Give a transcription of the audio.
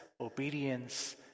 obedience